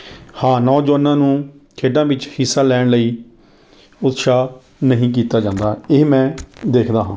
ਹਾਂ ਨੌਜਵਾਨਾਂ ਨੂੰ ਖੇਡਾਂ ਵਿੱਚ ਹਿੱਸਾ ਲੈਣ ਲਈ ਉਤਸ਼ਾਹ ਨਹੀਂ ਕੀਤਾ ਜਾਂਦਾ ਇਹ ਮੈਂ ਦੇਖਦਾ ਹਾਂ